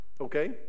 Okay